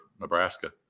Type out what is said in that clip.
Nebraska